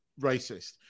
racist